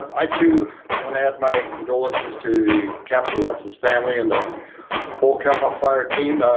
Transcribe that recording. i too want to add my condolences to the captain lutz's family and the whole cal fire team.